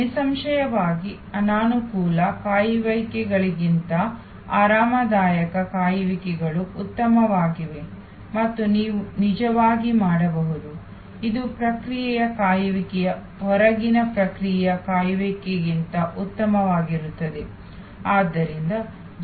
ನಿಸ್ಸಂಶಯವಾಗಿ ಅನಾನುಕೂಲ ಕಾಯುವಿಕೆಗಳಿಗಿಂತ ಆರಾಮದಾಯಕ ಕಾಯುವಿಕೆಗಳು ಉತ್ತಮವಾಗಿವೆ ಮತ್ತು ನೀವು ನಿಜವಾಗಿ ಮಾಡಬಹುದು ಇದು ಪ್ರಕ್ರಿಯೆಯ ಕಾಯುವಿಕೆ ಹೊರಗಿನ ಪ್ರಕ್ರಿಯೆಯ ಕಾಯುವಿಕೆಗಿಂತ ಉತ್ತಮವಾಗಿರುತ್ತದೆ